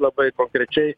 labai konkrečiai